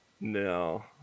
No